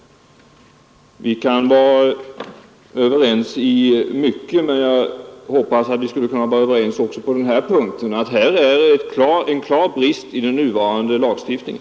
Vi kan vara överens i rätt mycket, men jag hoppades att vi skulle kunna vara överens också på denna punkt — att här föreligger en klar brist i den nuvarande lagstiftningen.